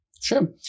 Sure